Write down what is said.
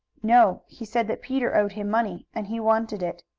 no. he said that peter owed him money, and he wanted it.